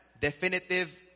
definitive